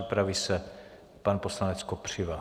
Připraví se pan poslanec Kopřiva.